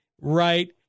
Right